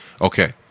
okay